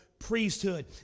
priesthood